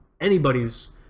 anybody's